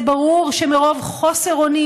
זה ברור שמרוב חוסר אונים,